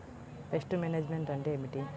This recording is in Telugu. పెస్ట్ మేనేజ్మెంట్ అంటే ఏమిటి?